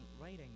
writing